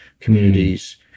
communities